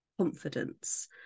confidence